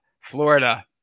Florida